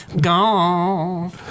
Gone